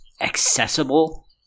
accessible